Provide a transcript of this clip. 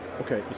Okay